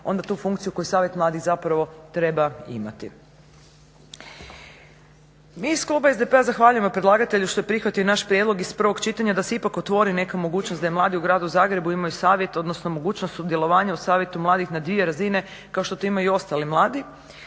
onda tu funkciju koju savjet mladih treba imati. Mi iz kluba SDP-a zahvaljujemo predlagatelju što je prihvatio naš prijedlog iz prvog čitanja da se ipak otvori neka mogućnost da i mladi u gradu Zagrebu imaju savjet odnosno mogućnost sudjelovanja u savjetu mladih na dvije razine kao što to imaju i ostali mladi.